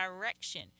direction